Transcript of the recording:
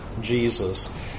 Jesus